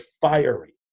fiery